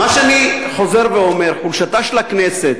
אני חוזר ואומר: חולשתה של הכנסת